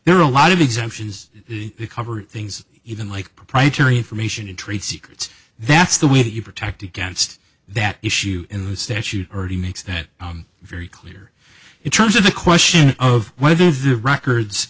there are a lot of exemptions to cover things even like proprietary information in trade secrets that's the way that you protect against that issue in the statute already makes that very clear in terms of the question of whether the records